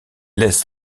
laisse